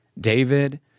David